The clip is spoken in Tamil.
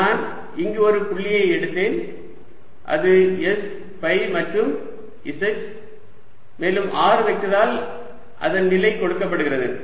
நான் இங்கு ஒரு புள்ளியை எடுத்தேன் அது s ஃபை மற்றும் z மேலும் r வெக்டரால் அதன் நிலை கொடுக்கப்படுகிறது